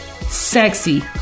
sexy